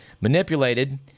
manipulated